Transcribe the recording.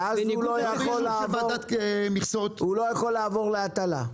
ואז הוא לא יכול לעבור להטלה?